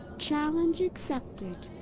challenge accepted!